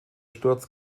sturz